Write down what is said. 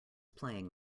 playing